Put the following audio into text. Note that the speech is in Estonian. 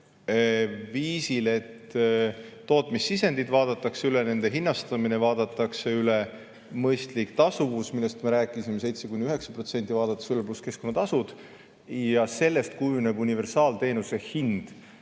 viisil, et tootmissisendid vaadatakse üle, nende hinnastamine vaadatakse üle, mõistlik tasuvus, millest me rääkisime, 7–9%, pluss keskkonnatasud. Sellest kujuneb universaalteenuse hind.